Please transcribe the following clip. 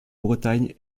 bretagne